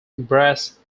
brass